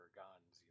guns